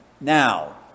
Now